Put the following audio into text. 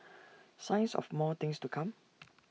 signs of more things to come